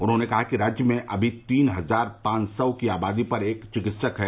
उन्होंने कहा कि राज्य में अभी तीन हजार पांच सौ की आबादी पर एक विकित्सक है